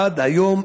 עד היום